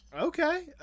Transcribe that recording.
okay